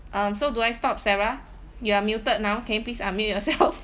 um so do I stop sarah you are muted now can you please unmute yourself